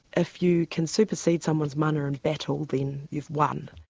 if you can supersede someone's mana in battle then you've won.